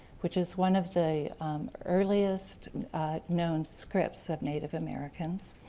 which is one of the earliest known scripts of native americans,